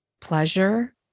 pleasure